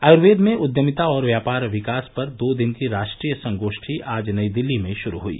आयुर्वेद में उद्यमिता और व्यापार विकास पर दो दिन की राष्ट्रीय संगोष्ठी आज नई दिल्ली में शुरू हुई